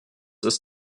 ist